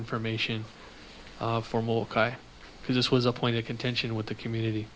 information formal cry because this was a point of contention with the community